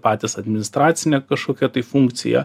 patys administracinę kašokią tai funkciją